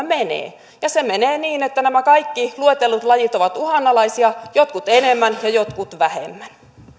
menee ja se menee niin että nämä kaikki luetellut lajit ovat uhanalaisia jotkut enemmän ja jotkut vähemmän